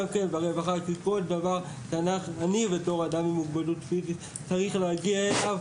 אני עם מוגבלות פיזית צריך להגיע עם ההסעה,